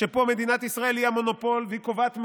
שפה מדינת ישראל היא המונופול, והיא קובעת מחירים,